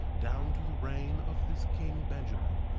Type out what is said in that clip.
down to the reign of this king benjamin,